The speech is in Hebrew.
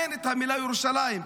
אין את המילה ירושלים.